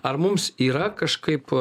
ar mums yra kažkaip